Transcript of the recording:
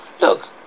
Look